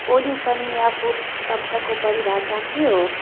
ओली सन्याफु शब्दको परिभाषा के हो